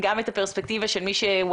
נשמח לשמוע גם את הפרספקטיבה של מישהו שהוא